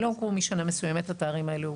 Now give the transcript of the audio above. לא כמו משנה מסוימת התארים האלה הוכרו.